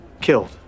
Killed